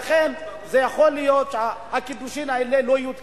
לכן, זה יכול להיות שהקידושים האלה לא יהיו תקפים.